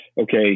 okay